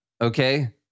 Okay